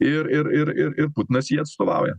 ir ir ir ir putinas jį atstovauja